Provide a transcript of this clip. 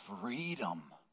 freedom